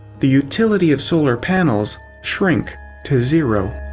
the utility of solar panels shrink to zero.